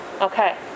Okay